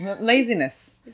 Laziness